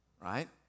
Right